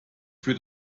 für